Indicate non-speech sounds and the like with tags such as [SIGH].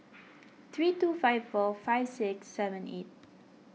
[NOISE] three two five four five six seven eight